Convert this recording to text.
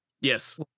Yes